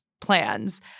plans